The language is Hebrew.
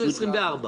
--- 12 מיליארד.